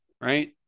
right